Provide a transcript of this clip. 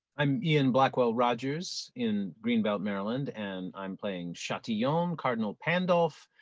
i'm ian blackwell rodgers in greenbelt, maryland, and i'm playing chatillon, cardinal pandulph,